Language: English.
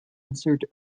answered